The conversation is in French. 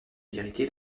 vérité